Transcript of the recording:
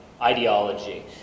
ideology